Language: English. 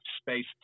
space